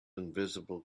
invisible